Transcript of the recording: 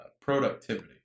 productivity